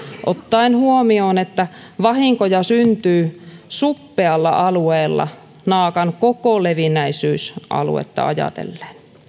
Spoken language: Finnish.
ottaen huomioon että vahinkoja syntyy suppealla alueella naakan koko levinneisyysaluetta ajatellen